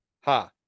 Ha